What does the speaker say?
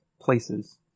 places